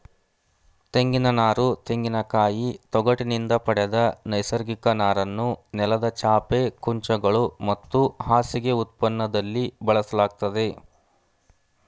ತೆಂಗಿನನಾರು ತೆಂಗಿನಕಾಯಿ ತೊಗಟಿನಿಂದ ಪಡೆದ ನೈಸರ್ಗಿಕ ನಾರನ್ನು ನೆಲದ ಚಾಪೆ ಕುಂಚಗಳು ಮತ್ತು ಹಾಸಿಗೆ ಉತ್ಪನ್ನದಲ್ಲಿ ಬಳಸಲಾಗ್ತದೆ